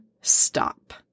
stop